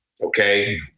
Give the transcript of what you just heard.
okay